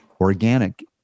Organic